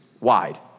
wide